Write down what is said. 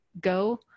go